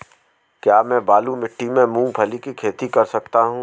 क्या मैं बालू मिट्टी में मूंगफली की खेती कर सकता हूँ?